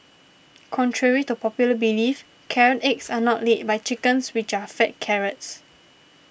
contrary to popular belief carrot eggs are not laid by chickens which are fed carrots